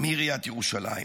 מעיריית ירושלים.